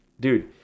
dude